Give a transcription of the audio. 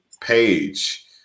page